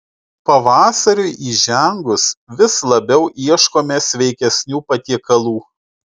pavasariui įžengus vis labiau ieškome sveikesnių patiekalų